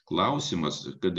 klausimas kad